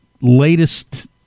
latest